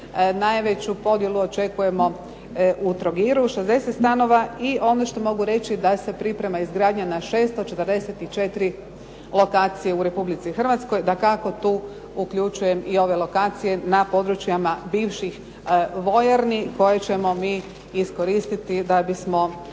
Najveću podjelu očekujemo u Trogiru 60 stanova. I ono što mogu reći da se priprema izgradnja na 644 lokacije u Republici Hrvatske. Dakako, tu uključujem i ove lokacije na područjima bivših vojarni koje ćemo mi iskoristiti da bismo